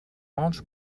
launch